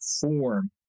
form